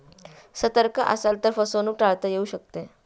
सतर्क असाल तर फसवणूक टाळता येऊ शकते